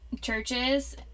churches